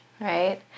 right